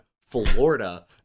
Florida